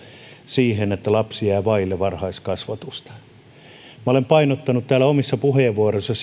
siihen että lapsi jää vaille varhaiskasvatusta minä olen painottanut täällä omissa puheenvuoroissani